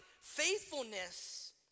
faithfulness